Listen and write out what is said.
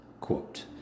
quote